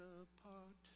apart